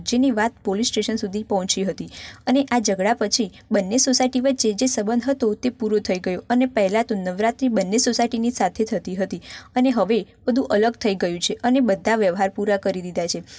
જેની વાત police station સુધી પહોંચી હતી અને આ ઝઘડા પછી બંને સોસાયટી વચ્ચે જે સંબંધ હતો એ પૂરો થઈ ગયો અને પહેલા તો નવરાત્રિ બંને સોસાયટીની સાથે થતી હતી અને હવે બધું અલગ થઈ ગયું છે બધા વ્યવહાર પૂરા કરી દીધા છે